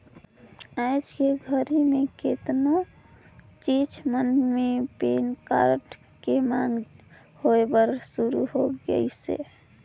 आयज के घरी मे केतनो चीच मन मे पेन कारड के मांग होय बर सुरू हो गइसे